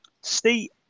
see